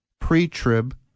pre-trib